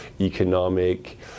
economic